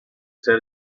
ser